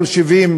או ל-70,